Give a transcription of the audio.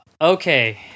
okay